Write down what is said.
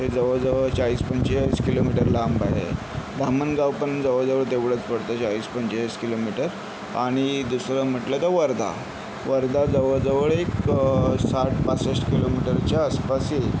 ते जवळ जवळ चाळीस पंचेचाळीस किलोमीटर लांब आहे धामणगाव पण जवळ जवळ तेवढंच पडतं चाळीस पंचेचाळीस किलोमीटर आणि दुसरं म्हटलं तर वर्धा वर्धा जवळ जवळ एक साठ पासष्ट किलोमीटरच्या आसपास येईल